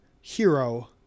...hero